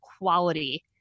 quality